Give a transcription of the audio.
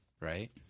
Right